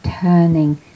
turning